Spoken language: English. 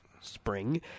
Spring